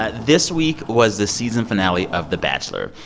ah this week was the season finale of the bachelor.